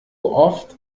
oft